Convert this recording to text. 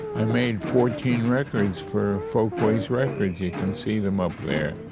i made fourteen records for folkways records. you can see them up there.